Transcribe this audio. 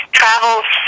travels